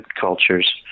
cultures